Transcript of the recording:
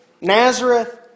Nazareth